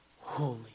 holy